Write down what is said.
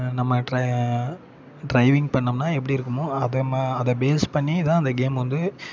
நம்ம டிர டிரைவிங் பண்ணோம்னால் எப்படி இருக்குமோ அதை மா அதை பேஸ் பண்ணிதான் அந்த கேம் வந்து